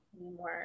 anymore